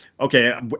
okay